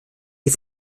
die